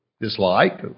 dislike